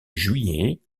juillet